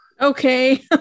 okay